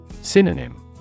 Synonym